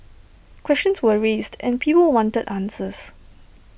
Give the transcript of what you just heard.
questions were raised and people wanted answers